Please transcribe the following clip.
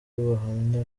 bahamya